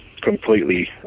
completely